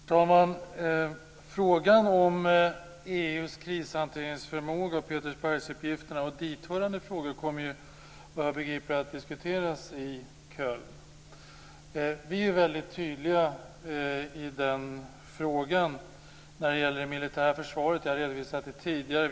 Herr talman! Frågan om EU:s krishanteringsförmåga samt Petersbergsuppgifterna och dithörande frågor kommer, efter vad jag begriper, att diskuteras i Köln. Vi är väldigt tydliga när det gäller det militära försvaret; jag har tidigare redovisat det.